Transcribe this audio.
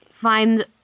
find